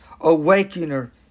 awakener